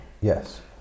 Yes